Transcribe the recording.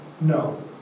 no